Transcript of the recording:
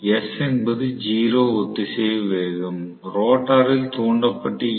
s என்பது 0 ஒத்திசைவு வேகம் ரோட்டாரில் தூண்டப்பட்ட ஈ